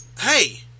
Hey